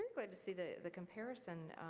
to see the the comparison,